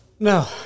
No